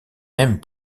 même